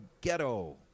ghetto